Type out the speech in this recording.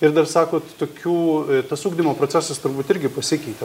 ir dar sakot tokių tas ugdymo procesas turbūt irgi pasikeitė